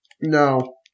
No